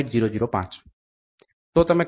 તો તમે કહી શકો માઇનસ 1